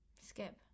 Skip